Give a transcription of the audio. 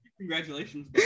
Congratulations